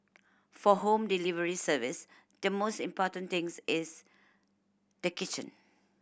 for home delivery service the most important things is the kitchen